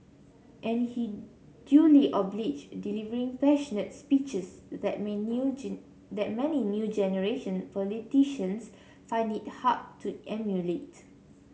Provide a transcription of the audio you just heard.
and he duly obliged delivering passionate's speeches that may new that many new generation politicians find it hard to emulate